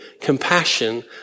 compassion